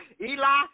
Eli